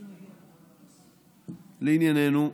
לענייננו,